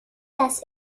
das